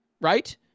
right